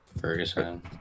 Ferguson